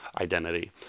identity